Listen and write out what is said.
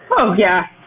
oh, yeah!